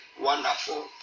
Wonderful